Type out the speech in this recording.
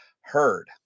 heard